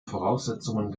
voraussetzungen